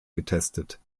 getestet